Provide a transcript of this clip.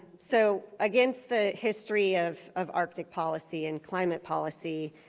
so against the history of of arctic policy and climate policy,